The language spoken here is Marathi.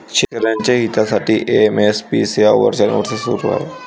शेतकऱ्यांच्या हितासाठी एम.एस.पी सेवा वर्षानुवर्षे सुरू आहे